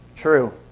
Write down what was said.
True